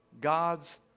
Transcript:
God's